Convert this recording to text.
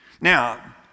Now